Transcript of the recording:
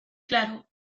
claro